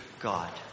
God